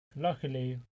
luckily